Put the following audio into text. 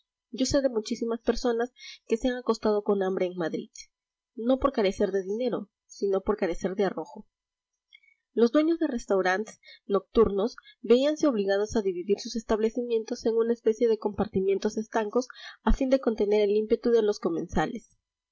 yo sé de muchísimas personas que se han acostado con hambre en madrid no por carecer de dinero sino por carecer de arrojo los dueños de restaurants nocturnos veíanse obligados a dividir sus establecimientos en una especie de compartimientos estancos a fin de contener el ímpetu de los comensales